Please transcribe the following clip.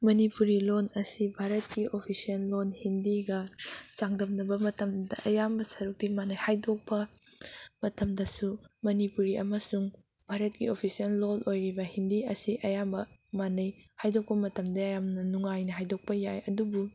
ꯃꯅꯤꯄꯨꯔꯤ ꯂꯣꯟ ꯑꯁꯤ ꯚꯥꯔꯠꯀꯤ ꯑꯣꯐꯤꯁꯤꯁꯦꯟ ꯂꯣꯟ ꯍꯤꯟꯗꯤꯒ ꯆꯥꯡꯗꯝꯅꯕ ꯃꯇꯝꯗ ꯑꯌꯥꯝꯕ ꯁꯔꯨꯛꯇꯤ ꯃꯥꯟꯅꯩ ꯍꯥꯏꯗꯣꯛꯄ ꯃꯇꯝꯗꯁꯨ ꯃꯅꯤꯄꯨꯔꯤ ꯑꯃꯁꯨꯡ ꯚꯥꯔꯠꯀꯤ ꯑꯣꯐꯤꯁꯤꯁꯦꯜ ꯂꯣꯜ ꯑꯣꯏꯔꯤꯕ ꯍꯤꯟꯗꯤ ꯑꯁꯤ ꯑꯌꯥꯝꯕ ꯃꯥꯟꯅꯩ ꯍꯥꯏꯗꯣꯛꯄ ꯃꯇꯝꯗ ꯌꯥꯝꯅ ꯅꯨꯡꯉꯥꯏꯅ ꯍꯥꯏꯗꯣꯛꯄ ꯌꯥꯏ ꯑꯗꯨꯕꯨ